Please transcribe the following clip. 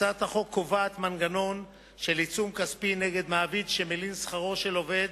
הצעת החוק קובעת מנגנון של עיצום כספי נגד מעביד שמלין שכרו של עובד